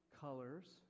colors